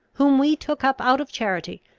whom we took up out of charity,